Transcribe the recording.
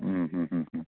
മ്മ് മ്മ് മ് മ്